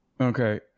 Okay